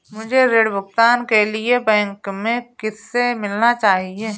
मुझे ऋण भुगतान के लिए बैंक में किससे मिलना चाहिए?